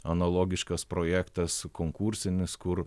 analogiškas projektas konkursinis kur